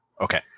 Okay